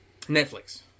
Netflix